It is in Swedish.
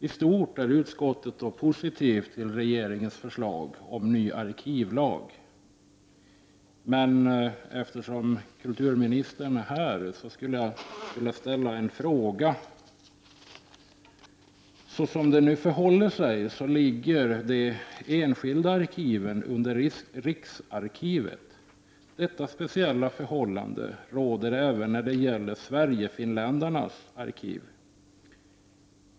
I stort sett är utskottet positivt till regeringens förslag om ny arkivlag. Eftersom kulturministern är här i kammaren skulle jag vilja ställa några frågor. Såsom det nu förhåller sig ligger de enskilda arkiven under Riksarkivet. Detta speciella förhållande råder även när det gäller Sverigefinländarnas arkiv.